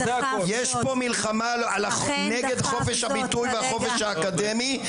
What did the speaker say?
יש פה מלחמה נגד חופש הביטוי והחופש האקדמי.